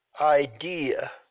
idea